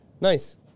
nice